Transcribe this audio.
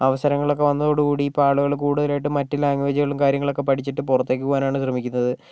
അവസരങ്ങളൊക്കെ വന്നോടുകൂടി ഇപ്പോൾ ആളുകൾ കൂടുതലായിട്ടും മറ്റു ലാംഗ്വേജുകളും കാര്യങ്ങളൊക്കെ പഠിച്ചിട്ട് പുറത്തേക്ക് പോകാനാണ് ശ്രമിക്കുന്നത്